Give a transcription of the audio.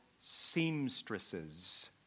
seamstresses